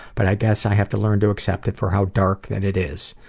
but i guess i have to learn to accept it for how dark that it is.